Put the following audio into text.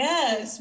Yes